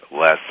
less